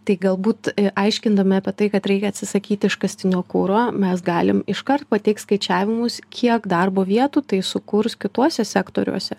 tai galbūt aiškindami apie tai kad reikia atsisakyti iškastinio kuro mes galim iškart pateikt skaičiavimus kiek darbo vietų tai sukurs kituose sektoriuose